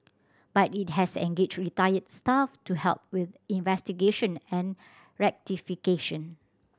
but it has engaged retired staff to help with investigation and rectification